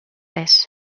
res